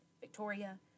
Victoria